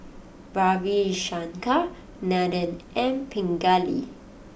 Ravi Shankar Nathan and Pingali